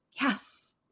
Yes